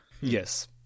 Yes